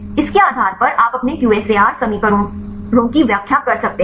इसके आधार पर आप अपने QSAR समीकरणों की व्याख्या कर सकते हैं